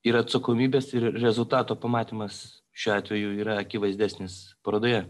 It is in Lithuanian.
ir atsakomybės ir rezultato pamatymas šiuo atveju yra akivaizdesnis parodoje